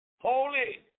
holy